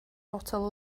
fotel